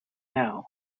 now